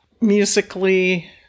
musically